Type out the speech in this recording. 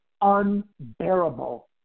unbearable